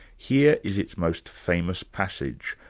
here is its most famous passage,